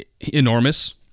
enormous